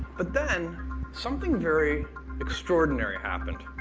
but then something very extraordinary happened.